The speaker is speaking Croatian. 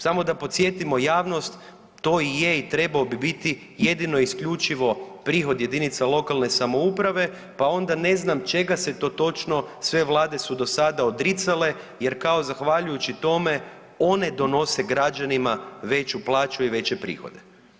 Samo da podsjetimo javnost to je i trebao bi biti jedino isključivo prihod jedinice lokalne samouprave pa onda ne znam čega se to točno sve vlade su do sada odricale jer kao zahvaljujući tome one donose građanima veću plaću i veće prihode.